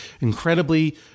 Incredibly